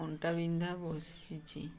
ଅଣ୍ଟାବିନ୍ଧା ବସିଛି